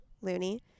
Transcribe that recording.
loony